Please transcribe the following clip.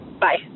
Bye